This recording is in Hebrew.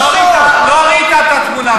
לא ראית את התמונה,